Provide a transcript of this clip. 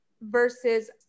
versus